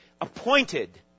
appointed